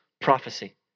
prophecy